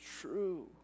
true